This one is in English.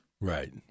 Right